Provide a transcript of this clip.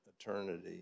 eternity